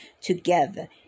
together